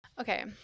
Okay